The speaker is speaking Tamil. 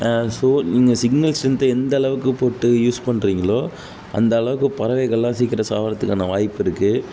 ஸோ நீங்கள் சிக்னல் ஸ்ட்ரென்த்தை எந்த அளவுக்கு போட்டு யூஸ் பண்றிங்களோ அந்த அளவுக்கு பறவைகள்லாம் சீக்கிரம் சாகுறதுக்கான வாய்ப்பிருக்குது